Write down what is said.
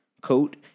coat